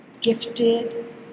gifted